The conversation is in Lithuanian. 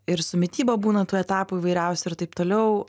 ir su mityba būna tų etapų įvairiausių ir taip toliau